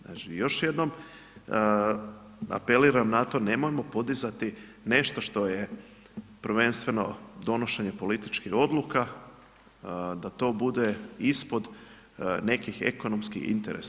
Znači još jednom apeliram na to nemojmo podizati nešto što je prvenstveno donošenje političkih odluka da to bude ispod nekih ekonomskim interesa.